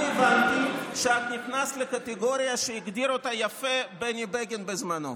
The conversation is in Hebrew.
אני הבנתי שאת נכנס לקטגוריה שהגדיר אותה יפה בני בגין בזמנו.